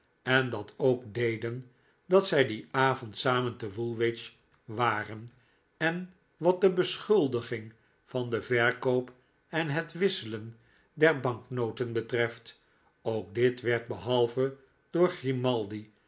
en dat ook deden dat zij dien avond samen te woolwich waren en wat de beschuldiging van den verkoop en het wisselen der banknoten betreft ook dit werd behalve door grimaldi